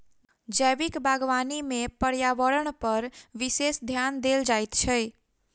जैविक बागवानी मे पर्यावरणपर विशेष ध्यान देल जाइत छै